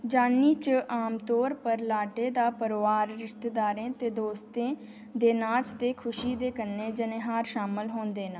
जान्नी च आमतौर पर लाडे़ दा परोआर रिश्तेदारें ते दोस्तें दे नाच ते खुशी दे कन्नै जनेहार शामल होंदे न